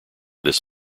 this